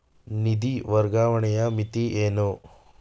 ನಿಧಿ ವರ್ಗಾವಣೆಯ ಮಿತಿ ಏನು?